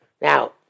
Now